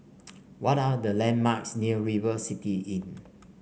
what are the landmarks near River City Inn